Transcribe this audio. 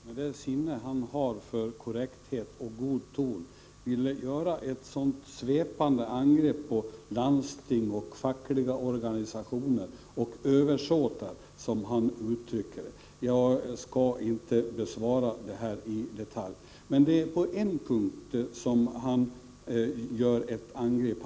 Herr talman! Det förvånar mig något att Gunnar Biörck i Värmdö, med det sinne han har för korrekthet och god ton, ville göra ett sådant svepande angrepp på landsting, fackliga organisationer och översåtar, som han uttrycker det. Jag skall inte bemöta detta i detalj. Men jag vill ta upp en punkt som han angriper.